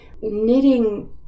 knitting